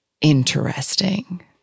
Interesting